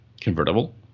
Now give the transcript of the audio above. convertible